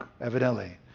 evidently